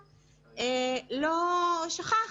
שכח,